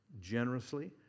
generously